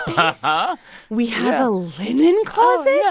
and we have a linen closet? yeah